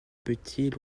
petit